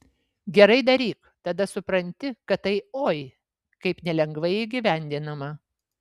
gerai daryk tada supranti kad tai oi kaip nelengvai įgyvendinama